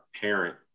parent